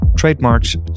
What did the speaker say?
trademarks